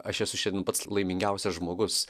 aš esu šiandien pats laimingiausias žmogus